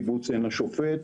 בקיבוץ עין השופט,